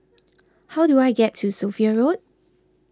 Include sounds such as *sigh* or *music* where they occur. *noise* how do I get to Sophia Road